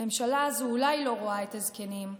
הממשלה הזו אולי לא רואה את הזקנים,